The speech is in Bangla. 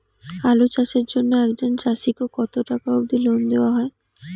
আলু চাষের জন্য একজন চাষীক কতো টাকা অব্দি লোন দেওয়া হয়?